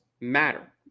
matter